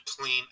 clean